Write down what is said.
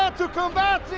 um to combat